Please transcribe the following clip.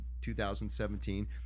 2017